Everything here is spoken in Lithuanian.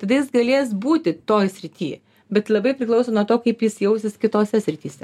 tada jis galės būti toj srity bet labai priklauso nuo to kaip jis jausis kitose srityse